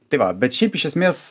tai va bet šiaip iš esmės